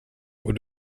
och